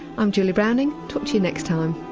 i'm julie browning, talk to you next time